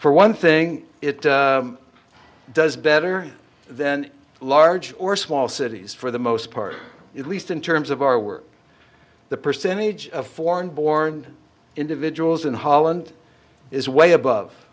for one thing it does better than large or small cities for the most part at least in terms of our work the percentage of foreign born individuals in holland is way above